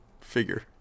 figure